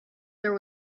there